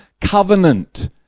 covenant